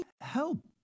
help